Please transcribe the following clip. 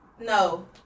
no